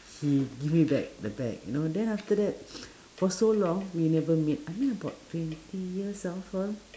he give me back the bag you know then after that for so long we never meet I mean about twenty years after